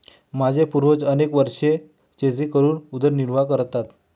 माझे पूर्वज अनेक वर्षे शेती करून उदरनिर्वाह करतात